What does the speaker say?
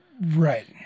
Right